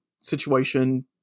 situation